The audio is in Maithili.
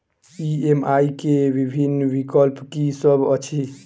ई.एम.आई केँ विभिन्न विकल्प की सब अछि